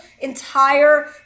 entire